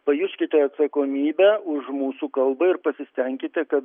pajuskite atsakomybę už mūsų kalbą ir pasistenkite kad